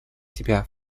себя